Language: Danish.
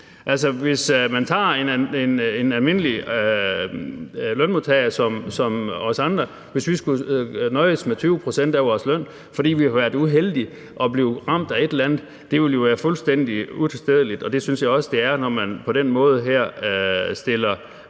hvis man sagde, at vi som almindelige lønmodtagere skulle nøjes med 20 pct. af vores løn, fordi vi har været uheldige at blive ramt af et eller andet, så ville det jo være fuldstændig utilstedeligt, og det synes jeg også det er, når man på den måde her stiller